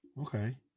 Okay